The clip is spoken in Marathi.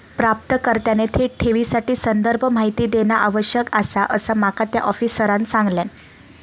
प्राप्तकर्त्याने थेट ठेवीसाठी संदर्भ माहिती देणा आवश्यक आसा, असा माका त्या आफिसरांनं सांगल्यान